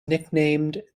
nicknamed